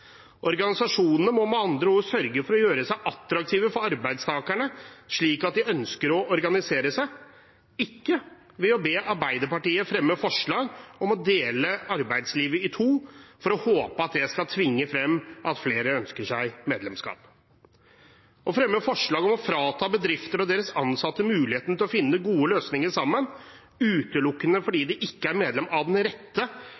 Organisasjonene må med andre ord sørge for å gjøre seg attraktive for arbeidstakerne slik at de ønsker å organisere seg, ikke ved å be Arbeiderpartiet fremme forslag om å dele arbeidslivet i to for å håpe at det skal tvinge frem at flere ønsker seg medlemskap. Å fremme forslag om å frata bedrifter og deres ansatte muligheten til å finne gode løsninger sammen utelukkende fordi de ikke er medlem av den rette